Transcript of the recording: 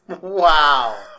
Wow